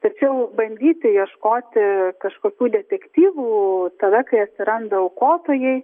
tačiau bandyti ieškoti kažkokių detektyvų tada kai atsiranda aukotojai